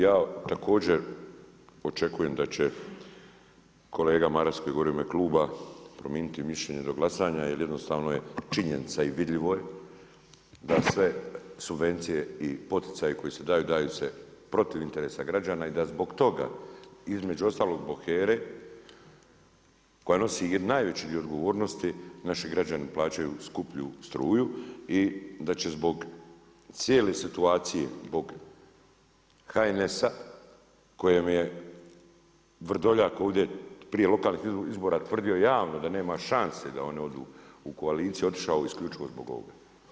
Ja također očekujem da će kolega Maras koji govori u ime kluba promijeniti mišljenje do glasanja jer jednostavno je činjenica i vidljivo je da sve subvencije i poticaji koji se daju, daju se protiv interesa građana i da zbog toga između ostalog zbog HERA-e koja nosi najveći dio odgovornosti naši građani plaćaju skuplju struju i da će zbog cijele situacije, zbog HNS-a kojem je Vrdoljak ovdje prije lokalnih izbora tvrdio javno da nema šanse da oni odu u koaliciju otišao isključivo zbog ovog.